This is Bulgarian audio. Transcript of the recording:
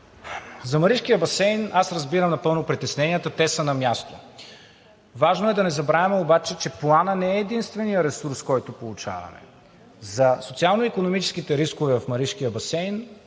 За Маришкия басейн, аз разбирам напълно притесненията – те са на място. Важно е да не забравяме обаче, че Планът не е единственият ресурс, който получаваме. За социално икономическите рискове в Маришкия басейн